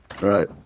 right